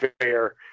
fair